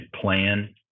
plan